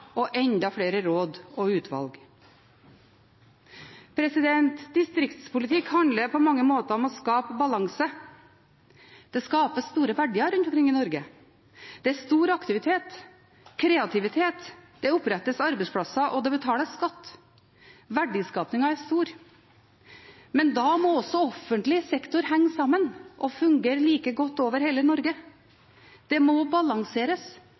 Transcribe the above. og enda flere råd og utvalg. Distriktspolitikk handler på mange måter om å skape balanse. Det skapes store verdier rundt omkring i Norge. Det er stor aktivitet og kreativitet, det opprettes arbeidsplasser, og det betales skatt. Verdiskapingen er stor. Men da må også offentlig sektor henge sammen og fungere like godt over hele Norge. Det må balanseres.